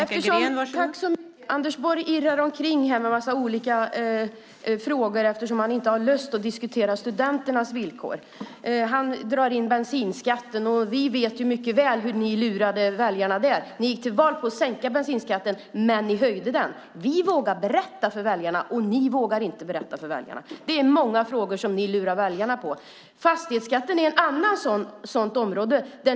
Fru talman! Anders Borg irrar omkring med en massa olika frågor eftersom han inte har lust att diskutera studenternas villkor. Han drar in bensinskatten, men vi vet mycket väl hur ni, Anders Borg, lurade väljarna där. Ni gick till val på att sänka bensinskatten, men ni höjde den. Vi vågar berätta för väljarna och ni vågar inte berätta för väljarna. Det är i många frågor ni lurar väljarna. Fastighetsskatten är ett annat sådant område.